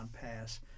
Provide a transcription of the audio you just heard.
Pass